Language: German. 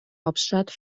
hauptstadt